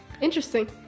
interesting